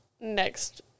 next